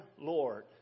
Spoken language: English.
Lord